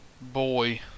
Boy